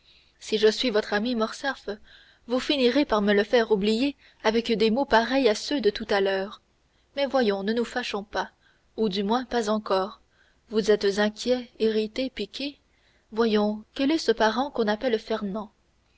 si je suis votre ami morcerf vous finirez par me le faire oublier avec des mots pareils à ceux de tout à l'heure mais voyons ne nous fâchons pas ou du moins pas encore vous êtes inquiet irrité piqué voyons quel est ce parent qu'on appelle